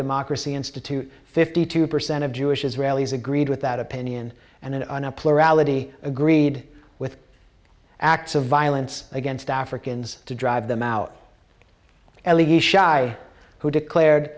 democracy institute fifty two percent of jewish israelis agreed with that opinion and in on a plurality agreed with acts of violence against africans to drive them out at least shy who declared